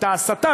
את ההסתה,